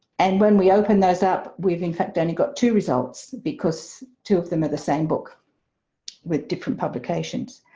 and when we open those up we've in fact only got two results because two of them are the same book with different publications.